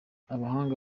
abahanga